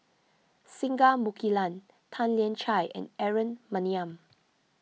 Singai Mukilan Tan Lian Chye and Aaron Maniam